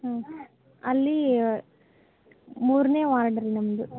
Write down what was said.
ಹ್ಞೂ ಅಲ್ಲಿ ಮೂರನೇ ವಾರ್ಡ್ ರೀ ನಮ್ಮದು